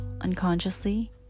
unconsciously